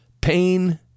Pain